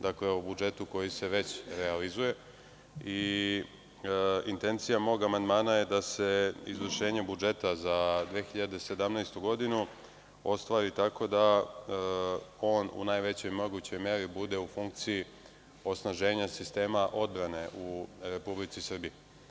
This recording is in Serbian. Dakle, o budžetu koji se već realizuje i intencija mog amandmana je da se izvršenjem budžeta za 2017. godinu ostvari tako da on u najvećoj mogućoj meri bude u funkciji osnaženja sistema odbrane u Republici Srbiji.